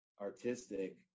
artistic